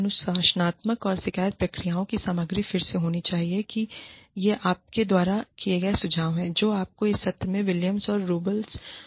अनुशासनात्मक और शिकायत प्रक्रियाओं की सामग्री फिर से होनी चाहिए ये आपके द्वारा दिए गए सुझाव हैं जो आपको इस पत्र में विलियम्स और रूंबल्स द्वारा पता हैं